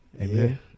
amen